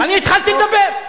אני התחלתי לדבר.